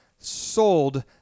sold